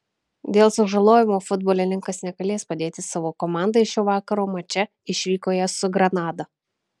dėl sužalojimo futbolininkas negalės padėti savo komandai šio vakaro mače išvykoje su granada